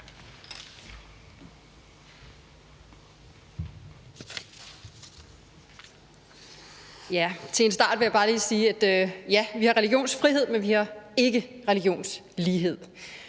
Til en start vil jeg bare lige sige, at ja, vi har religionsfrihed, men vi har ikke religionslighed.